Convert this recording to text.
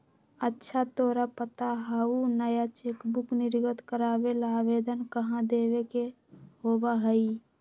अच्छा तोरा पता हाउ नया चेकबुक निर्गत करावे ला आवेदन कहाँ देवे के होबा हई?